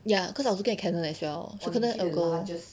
ya cause I was looking at Canon as well so 可能 ago